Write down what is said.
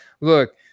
Look